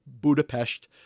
Budapest